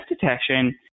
detection